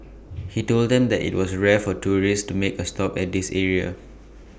he told them that IT was rare for tourists to make A stop at this area